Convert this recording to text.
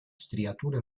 striature